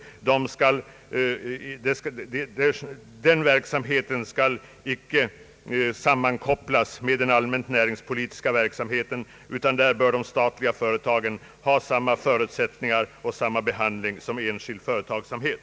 Den verksamheten skall inte sammankopplas med den allmänt näringspolitiska verksamheten, utan där bör de statliga företagen ha samma förutsättningar och samma behandling som enskild företagsamhet.